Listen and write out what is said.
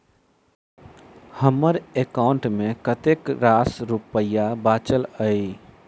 हम्मर एकाउंट मे कतेक रास रुपया बाचल अई?